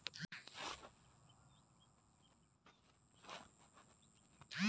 amaranth ಒಂದು ಮೂಲಿಕೆಯ ಸಸ್ಯ ಅಥವಾ ಪೊದೆಸಸ್ಯವಾಗಿದ್ದು ಇದು ವಾರ್ಷಿಕ ಅಥವಾ ದೀರ್ಘಕಾಲಿಕ್ವಾಗಿದೆ